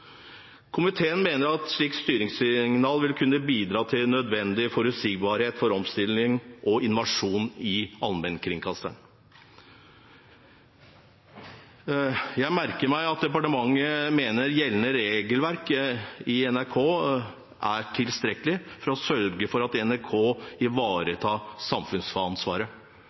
Komiteen mener at et slikt styringssignal vil kunne bidra til nødvendig forutsigbarhet for omstilling og innovasjon i allmennkringkasteren. Jeg merker meg at departementet mener gjeldende regelverk i NRK er tilstrekkelig for å sørge for at NRK ivaretar samfunnsansvaret.